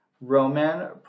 Roman